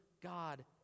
God